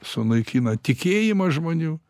sunaikina tikėjimą žmonių